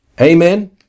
Amen